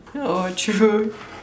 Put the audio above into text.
oh true